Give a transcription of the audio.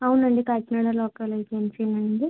అవునండి కాకినాడ లోకల్ ఏజెన్సీయేనండి